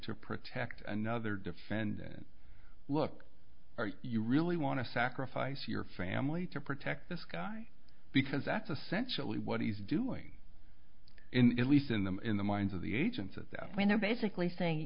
to protect another defendant look are you really want to sacrifice your family to protect this guy because that's essential what he's doing in at least in the in the minds of the agents at that when they're basically saying